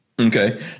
Okay